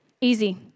Easy